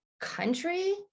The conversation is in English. country